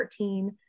14